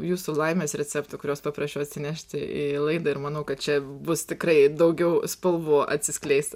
jūsų laimės receptų kuriuos paprašiau atsinešti į laidą ir manau kad čia bus tikrai daugiau spalvų atsiskleis